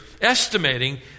estimating